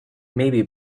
maybe